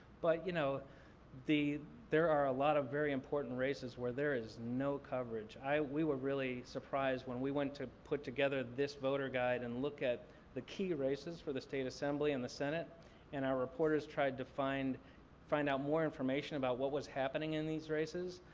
but you know there are a lot of very important races where there is no coverage. we were really surprised when we went to put together this voter guide and look at the key races for the state assembly and the senate and our reporters tried to find find out more information about what was happening in these races.